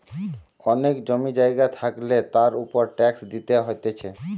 অনেক জমি জায়গা থাকলে তার উপর ট্যাক্স দিতে হতিছে